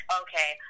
okay